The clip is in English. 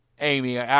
Amy